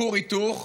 כור היתוך,